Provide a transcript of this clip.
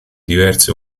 diverse